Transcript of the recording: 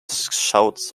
shouts